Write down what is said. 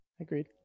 Agreed